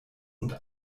und